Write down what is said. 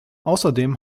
außerdem